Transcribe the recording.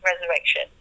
resurrection